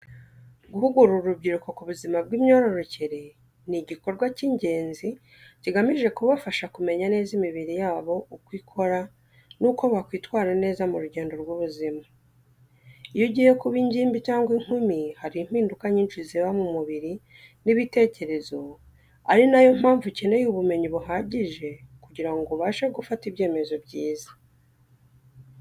Guhugura urubyiruko ku buzima bw’imyororokere ni igikorwa cy’ingenzi kigamije kubafasha kumenya neza imibiri yabo, uko ikura, n’uko bakwitwara neza mu rugendo rw’ubuzima. Iyo ugiye kuba ingimbi cyangwa inkumi, hari impinduka nyinshi ziba mu mubiri n’ibitekerezo, ari na yo mpamvu ukeneye ubumenyi buhagije kugira ngo ubashe gufata ibyemezo byiza.